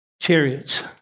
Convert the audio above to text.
chariots